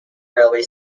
railway